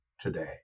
today